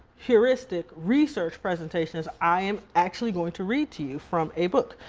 heuristic research presentations. i am actually going to read to you from a book.